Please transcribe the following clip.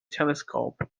telescope